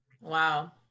wow